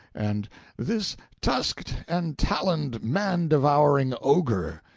and this tusked and taloned man-devouring ogre,